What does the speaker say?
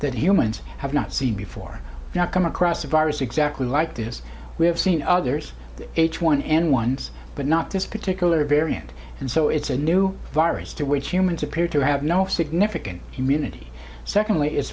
that humans have not seen before not come across a virus exactly like this we have seen others the h one n one but not this particular variant and so it's a new virus to which humans appear to have no significant community secondly it